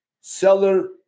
seller